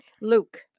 Luke